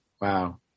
Wow